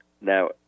Now